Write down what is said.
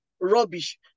rubbish